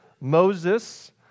Moses